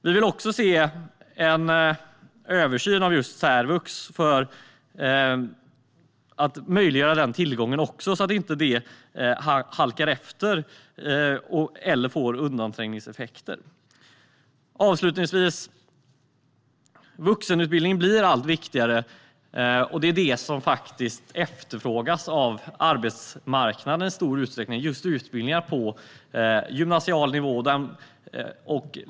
Vi vill också se en översyn av särvux för att möjliggöra den tillgången också så att det inte halkar efter eller att undanträngningseffekter uppstår. Avslutningsvis vill jag säga att vuxenutbildningen blir allt viktigare. Det är det som faktiskt efterfrågas av arbetsmarknaden i stor utsträckning, alltså just utbildningar på gymnasial nivå.